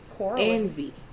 envy